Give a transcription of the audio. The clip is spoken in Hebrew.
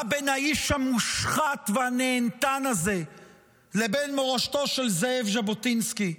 מה בין האיש המושחת והנהנתן הזה לבין מורשתו של זאב ז'בוטינסקי?